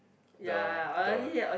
the the